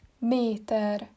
meter